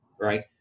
right